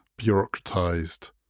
bureaucratized